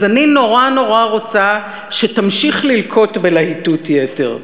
אז אני נורא-נורא רוצה שתמשיך ללקות בלהיטות יתר.